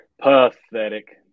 Pathetic